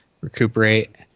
recuperate